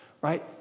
right